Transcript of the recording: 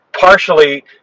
partially